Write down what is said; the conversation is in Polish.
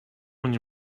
mnie